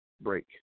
break